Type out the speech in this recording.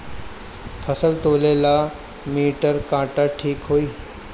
फसल तौले ला मिटर काटा ठिक होही?